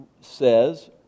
says